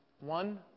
one